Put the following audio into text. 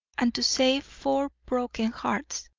and to save four broken hearts.